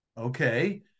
Okay